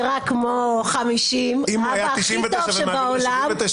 נראה כמו 50. אם היה בן 99 ומתאים ל-79,